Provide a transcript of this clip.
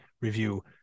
review